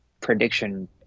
prediction